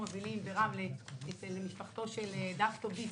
אבלים ברמלה אצל משפחתו של דסטאו ביסט,